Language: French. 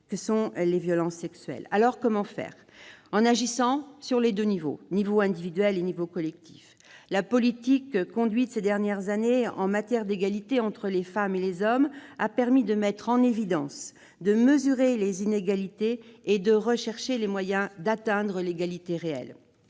que sont les violences sexuelles, en agissant au niveau individuel et au niveau collectif. La politique conduite ces dernières années en matière d'égalité entre les femmes et les hommes a permis de mettre en évidence, de mesurer les inégalités et de rechercher des moyens d'atteindre l'égalité réelle.